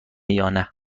یانه